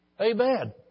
Amen